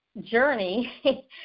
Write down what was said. journey